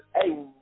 hey